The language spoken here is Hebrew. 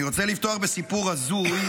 אני רוצה לפתוח בסיפור הזוי,